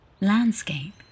landscape